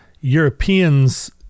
Europeans